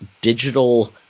digital